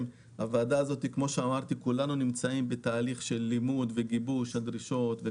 כמו שאמרתי כולנו נמצאים בתהליך של לימוד וגיבוש הדרישות,